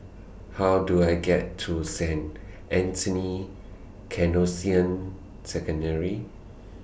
How Do I get to Saint Anthony's Canossian Secondary